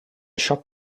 shop